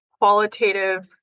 qualitative